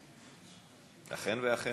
חברי, היושב-ראש,